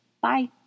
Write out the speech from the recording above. Bye